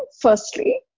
firstly